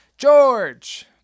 George